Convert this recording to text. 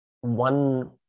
one